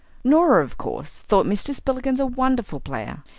norah, of course, thought mr. spillikins a wonderful player.